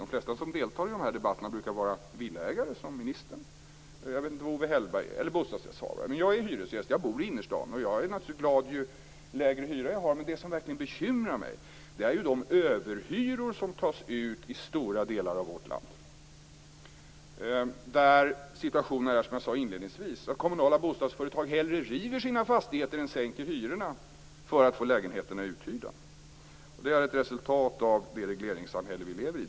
De flesta som deltar i dessa debatter brukar vara villaägare som ministern eller bostadsrättshavare - jag vet inte vad Owe Hellberg är. Men jag är hyresgäst och bor i innerstaden. Jag är naturligtvis glad ju lägre hyra jag har, men det som verkligen bekymrar mig är de överhyror som tas ut i stora delar av vårt land där situationen är som jag beskrev inledningsvis. En del kommunala bostadsföretag river hellre sina fastigheter än sänker hyrorna för att få sina lägenheter uthyrda. Detta är ett resultat av det regleringssamhälle som vi lever i.